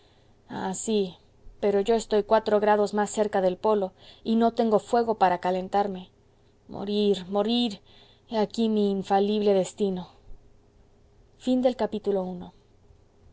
sí pero yo estoy cuatro grados más cerca del polo y no tengo fuego para calentarme morir morir he aquí mi infalible destino ii